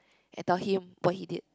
and tell him what he did